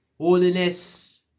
holiness